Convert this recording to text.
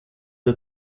der